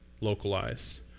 localized